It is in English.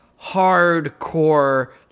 hardcore